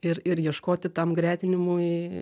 ir ir ieškoti tam gretinimui